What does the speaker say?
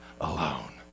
alone